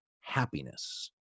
happiness